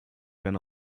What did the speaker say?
been